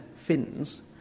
fins